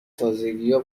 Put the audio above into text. تازگیها